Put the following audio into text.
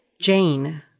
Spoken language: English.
Jane